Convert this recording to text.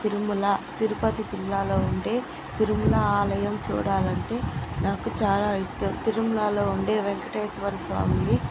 తిరుమల తిరుపతి జిల్లాలో ఉండే తిరుమల ఆలయం చూడాలంటే నాకు చాలా ఇష్టం తిరుమలలో ఉండే వెంకటేశ్వర స్వామిని